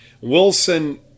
Wilson